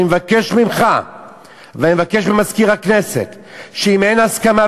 אני מבקש ממך ואני מבקש ממזכיר הכנסת שאם אין הסכמה,